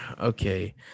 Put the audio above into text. okay